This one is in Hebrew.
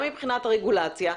גם מבחינת רגולציה,